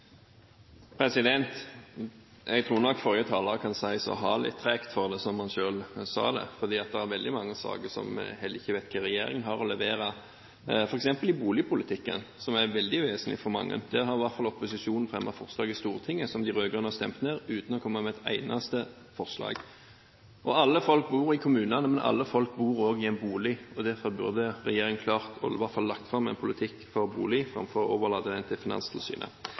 litt tungt for det, som han selv sa. Det er veldig mange saker der heller ikke denne regjeringen leverer, f.eks. i boligpolitikken, som er veldig vesentlig for mange. Der har i hvert fall opposisjonen fremmet forslag i Stortinget som de rød–grønne har stemt ned – uten å komme med et eneste forslag. Alle folk bor i en kommune, men alle folk bor også i en bolig. Derfor burde regjeringen i hvert fall ha klart å legge fram en politikk for bolig, framfor å overlate det til Finanstilsynet.